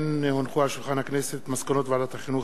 מסקנות ועדת החינוך,